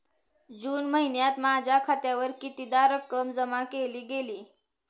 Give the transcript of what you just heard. जून महिन्यात माझ्या खात्यावर कितीदा रक्कम जमा केली गेली?